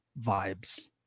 vibes